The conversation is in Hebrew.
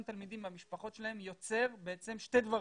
תלמידים מהמשפחות שלהם יוצר בעצם שני דברים: